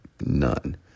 none